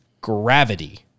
gravity